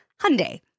Hyundai